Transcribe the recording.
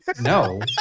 No